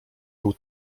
był